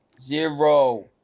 Zero